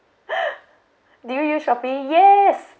do you use shopee yes